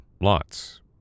lots